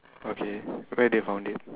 okay where they found it